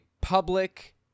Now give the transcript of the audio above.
public